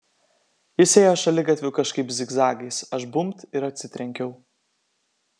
jis ėjo šaligatviu kažkaip zigzagais aš bumbt ir atsitrenkiau